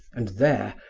and there,